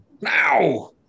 now